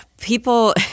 people